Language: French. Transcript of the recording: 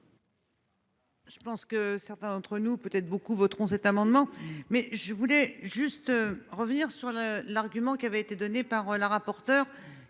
Je pense que certains d'entre nous peut être beaucoup voteront cet amendement mais je voulais juste revenir sur le l'argument qui avait été donné par la rapporteure